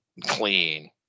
clean